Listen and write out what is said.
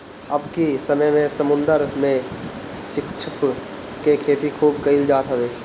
अबकी समय में समुंदर में श्रिम्प के खेती खूब कईल जात हवे